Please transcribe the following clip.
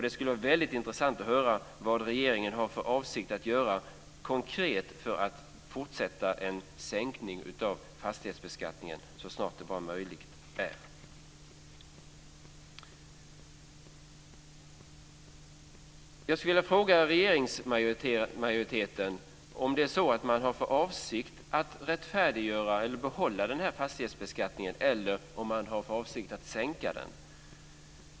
Det skulle vara intressant att höra vad regeringen har för avsikt att göra konkret för att fortsätta en sänkning av fastighetsbeskattningen så snart det bara är möjligt.